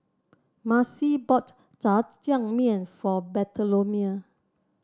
Marcelle bought Jajangmyeon for Bartholomew